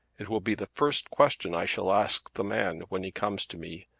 it will be the first question i shall ask the man when he comes to me,